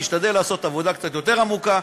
משתדל לעשות עבודה קצת יותר עמוקה,